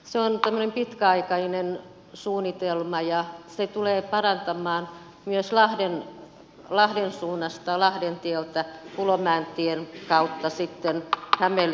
se on tämmöinen pitkäaikainen suunnitelma ja se tulee parantamaan myös lahden suunnasta lahdentieltä kulomäentien kautta hämeenlinnan suuntaan kulkevaa liikennettä